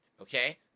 okay